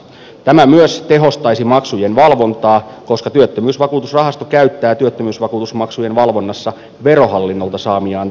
tämä myös tehostaisi maksujen valvontaa koska työttömyysvakuutusrahasto käyttää työttömyysvakuutusmaksujen valvonnassa verohallinnolta saamiaan verotustietoja